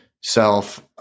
self